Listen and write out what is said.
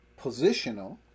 positional